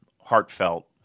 heartfelt